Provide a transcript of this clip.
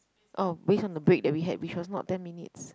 oh based on the break that we had which was not ten minutes